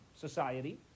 society